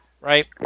right